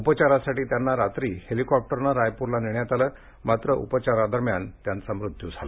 उपचारासाठी त्यांना रात्री हेलीकॉप्टरने रायपुरला नेण्यात आलं मात्र उपचारा दरम्यान त्यांचा मृत्यू झाला